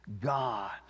God